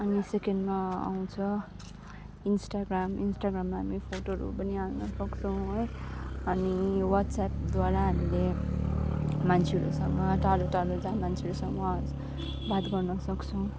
अनि सेकेन्डमा आउँछ इन्स्टाग्राम इन्स्टाग्राममा हामी फोटोहरू पनि हाल्नु सक्छौँ है अनि व्हाट्सएप्पद्वारा हामीले मान्छेहरूसँग टाडो टाडो जहाँ मान्छेहरूसँग बात गर्न सक्छौँ